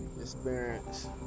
experience